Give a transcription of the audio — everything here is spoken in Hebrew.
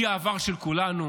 הוא העבר של כולנו,